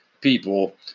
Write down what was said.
people